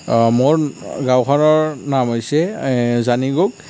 অ মোৰ গাঁওখনৰ নাম হৈছে জানিগোগ